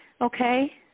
okay